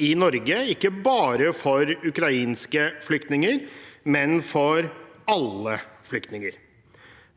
i Norge, ikke bare for ukrainske flyktninger, men for alle flyktninger.